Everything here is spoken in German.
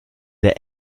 der